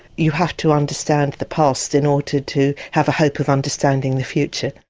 you have to understand the past in order to to have a hope of understanding the future.